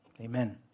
Amen